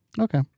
Okay